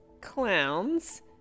clowns